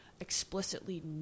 explicitly